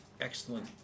excellent